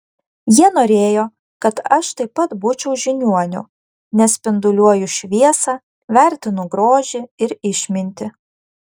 jie norėjo kad aš taip pat būčiau žiniuoniu nes spinduliuoju šviesą vertinu grožį ir išmintį